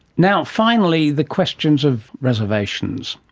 now finally the questions of reservations.